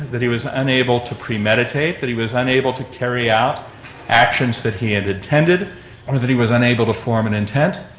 that he was unable to premeditate, that he was unable to carry out actions that he had intended, or that he was unable to form an intent.